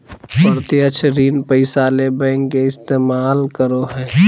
प्रत्यक्ष ऋण पैसा ले बैंक के इस्तमाल करो हइ